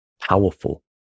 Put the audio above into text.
powerful